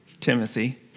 Timothy